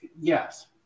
yes